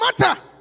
matter